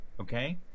Okay